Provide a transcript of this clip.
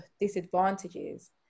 disadvantages